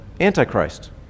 Antichrist